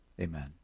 Amen